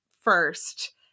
first